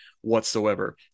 whatsoever